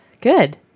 Good